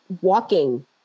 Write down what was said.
walking